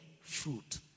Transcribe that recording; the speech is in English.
fruit